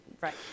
Right